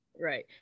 right